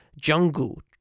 jungle